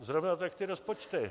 Zrovna tak ty rozpočty.